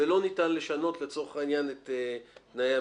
ולא ניתן לשנות את תנאי המכרז.